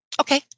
Okay